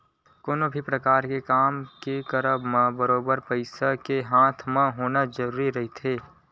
कोनो भी परकार के काम के करब म बरोबर पइसा के हाथ म होना जरुरी रहिथे